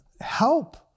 help